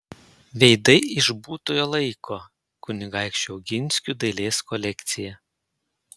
veidai iš būtojo laiko kunigaikščių oginskių dailės kolekcija